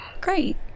Great